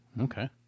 Okay